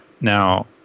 Now